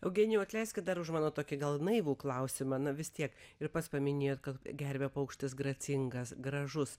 eugenijau atleiskit dar už mano tokį gal naivų klausimą na vis tiek ir pats paminėjot kad gervė paukštis gracingas gražus